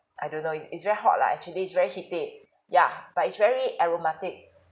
I don't know it's it's very hot lah actually it's very heaty yeah but it's very aromatic